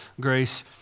grace